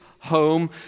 Home